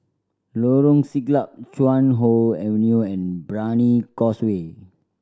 Lorong Siglap Chuan Hoe Avenue and Brani Causeway